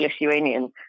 Lithuanian